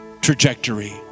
trajectory